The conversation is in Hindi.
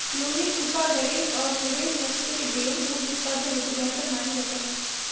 लूही, कूका, गरेज और नुरेज नस्ल के भेंड़ दुग्ध उत्पादन हेतु बेहतर माने जाते हैं